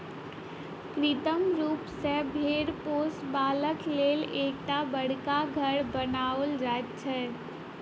कृत्रिम रूप सॅ भेंड़ पोसबाक लेल एकटा बड़का घर बनाओल जाइत छै